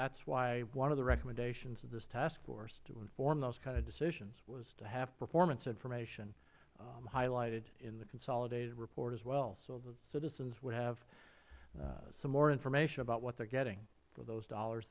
that is why one of the recommendations of this task force to inform those kind of decisions was to have performance information highlighted in the consolidated report as well so that citizens would have some more information about what they are getting for those dollars